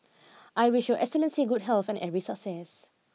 I wish your excellency good health and every success